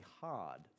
hard